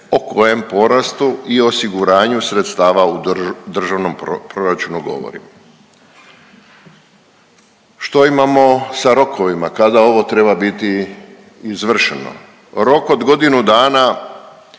o kojem porastu i osiguranju sredstava u Državnom proračunu govorim. Što imamo sa rokovima, kada ovo treba biti izvršeno? Rok od godinu dana